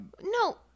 no